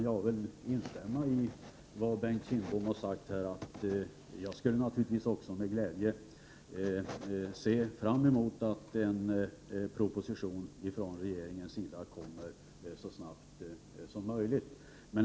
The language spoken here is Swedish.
Jag kan instämma med Bengt Kindbom i hans önskan att en proposition avlämnas så snart som möjligt. Det skulle jag se med glädje.